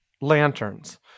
Lanterns